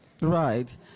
Right